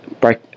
break